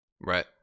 Right